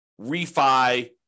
refi